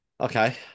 Okay